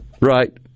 right